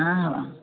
हा